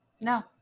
No